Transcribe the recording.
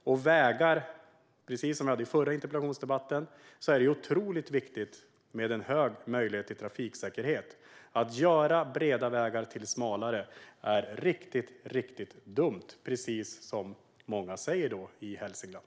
Som jag sa i den förra interpellationsdebatten är det otroligt viktigt med en möjlighet till en hög trafiksäkerhet. Att göra breda vägar smalare är riktigt, riktigt dumt, precis som många säger i Hälsingland.